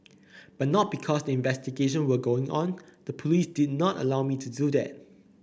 but not because the investigation were going on the police did not allow me to do that